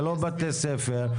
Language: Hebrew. ללא בתי ספר?